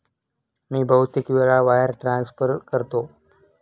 मी बहुतेक वेळा wire transfer करतो